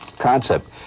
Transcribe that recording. concept